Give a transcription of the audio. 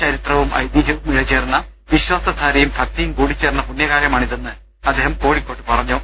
ചരിത്രവും ഐതിഹ്യവും ഇഴചേർന്ന വിശ്വാസ ധാരയും ഭക്തിയും കൂടി ചേർന്ന പുണ്യകാലമാണിതെന്ന് അദ്ദേഹം കോഴിക്കോട്ട പറഞ്ഞു